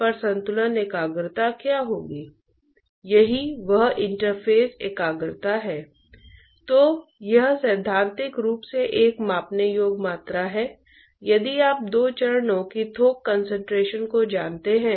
और उस स्थिति के कारण हीट ट्रांसपोर्ट और मास्स ट्रांसपोर्ट की वृद्धि वास्तव में फाॅर्स कन्वेक्शन विषय में शामिल की जाएगी